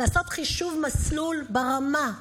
לעשות חישוב מסלול ברמה.